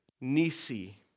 Nisi